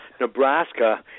Nebraska